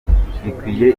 bikwiye